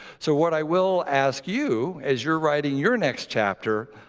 so what i will ask you as you're writing your next chapter,